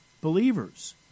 believers